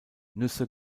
nüsse